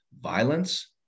violence